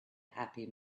happy